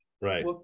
Right